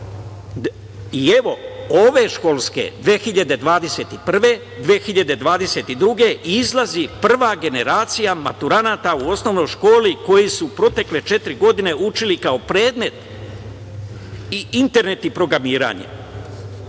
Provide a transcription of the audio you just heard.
i, evo, ove školske 2021/22. godine izlazi prva generacija maturanata u osnovnoj školi koji su protekle četiri godine u školi učili kao predmet internet i programiranje.